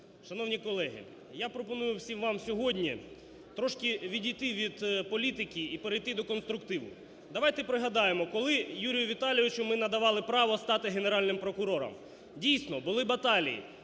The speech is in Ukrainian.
Шановні колеги! Я пропоную всім вам сьогодні трошки відійти від політики і перейти до конструктиву. Давайте пригадаємо, коли Юрію Віталійовичу ми надавали право стати Генеральним прокурором. Дійсно, були баталії,